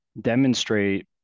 demonstrate